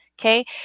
Okay